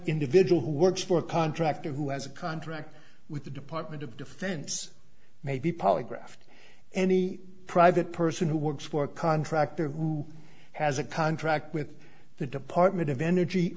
individual who works for a contractor who has a contract with the department of defense may be polygraphed any private person who works for a contractor who has a contract with the department of energy